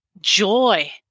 joy